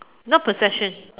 not possessions